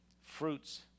fruits